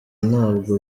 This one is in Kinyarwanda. ntabwo